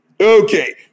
Okay